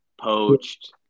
poached